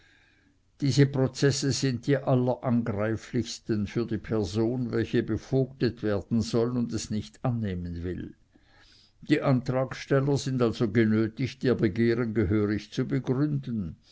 diese prozesse sind die allerangreiflichsten für die person welche bevogtet werden soll und es nicht annehmen will die antragsteller sind also genötigt ihr begehren gehörig zu begründen